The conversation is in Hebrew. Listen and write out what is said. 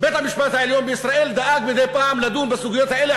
בית-המשפט העליון בישראל דאג מדי פעם לדון בסוגיות האלה,